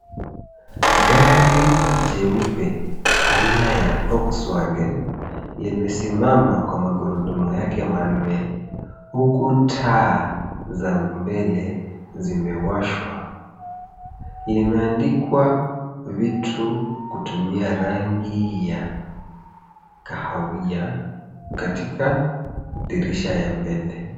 Gari jeupe aina ya Volkswagen limesimama kwa magurudumu yake manne, huku taa za mbele zimewashwa. Imeandikwa vitu kutumia rangi ya kahawia katika dirisha ya mbele.